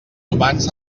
humans